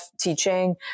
teaching